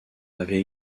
avait